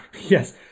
yes